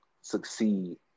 succeed